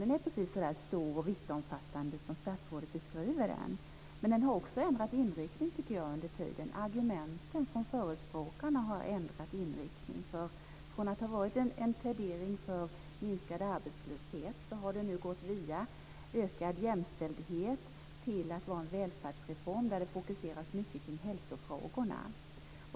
Den är precis så stor och vittomfattande som statsrådet beskriver den. Men den har också ändrat inriktning under tiden. Argumenten från förespråkarna har ändrat inriktning. Från att ha varit en plädering för minskad arbetslöshet har den nu gått via ökad jämställdhet till att vara en fråga om en välfärdsreform där mycket fokuseras kring hälsofrågorna.